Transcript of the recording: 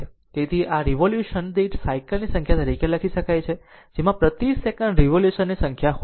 તેથી આ રીવોલ્યુશન દીઠ સાયકલ ની સંખ્યા તરીકે લખી શકાય છે જેમાં પ્રતિ સેકંડ રીવોલ્યુશન ની સંખ્યા હોય છે